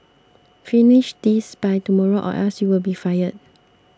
finish this by tomorrow or else you'll be fired